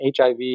HIV